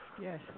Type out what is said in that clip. Yes